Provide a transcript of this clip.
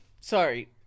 sorry